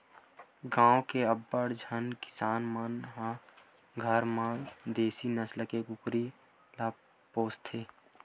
गाँव के अब्बड़ झन किसान मन ह घर म देसी नसल के कुकरी ल पोसथे